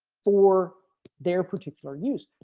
for their particular news.